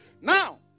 Now